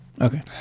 Okay